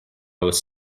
was